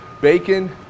bacon